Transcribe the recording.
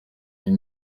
iyi